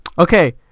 Okay